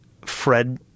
Fred